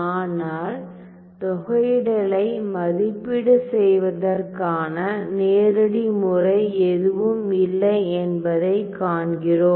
ஆனால் தொகையிடலை மதிப்பீடு செய்வதற்கான நேரடி முறை எதுவும் இல்லை என்பதைக் காண்கிறோம்